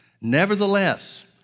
Nevertheless